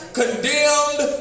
condemned